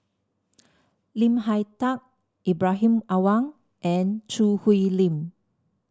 Lim Hak Tai Ibrahim Awang and Choo Hwee Lim